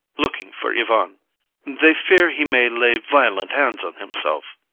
looking for ivan. they fear he may lay violent hands on himself.